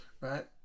right